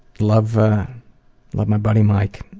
love love my buddy mike.